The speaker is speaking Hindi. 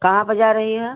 कहाँ पर जा रही है